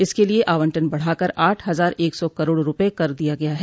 इसके लिए आवंटन बढ़ाकर आठ हजार एक सौ करोड़ रुपये कर दिया गया है